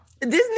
Disney